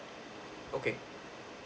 okay